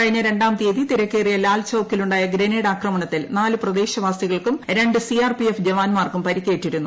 കഴിഞ്ഞ രണ്ടാം തീയതി തിരക്കേറിയ ലാൽചൌക്കിലുണ്ടായ ഗ്രനേഡ് ആക്രമണത്തിൽ നാല് പ്രദേശവാസികൾക്കും ര് സിആർപിഎഫ് ജവാൻമാർക്കും പരിക്കേറ്റിരുന്നു